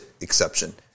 exception